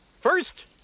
First